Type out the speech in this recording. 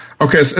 Okay